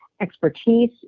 expertise